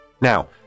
Now